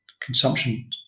consumption